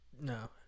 No